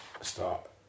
start